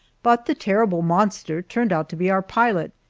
but the terrible monster turned out to be our pilot,